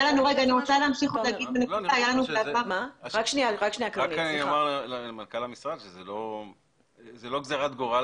רק אני אומר למנכ"ל המשרד שזה לא גזירת גורל,